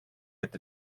get